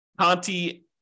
Conti